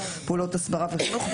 פעולות הסברה וחינוך,